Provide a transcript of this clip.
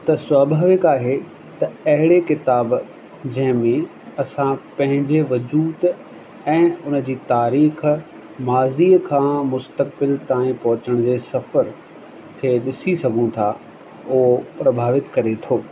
त स्वभाविक आहे त अहिड़े किताब जंहिंमें असां पंहिंजे वजूद ऐं उन जी तारीख़ माज़ीअ खां मुस्तकबिल तांई पहुचण जे सफ़र खे ॾिसी सघूं था उहो प्रभावित करे थो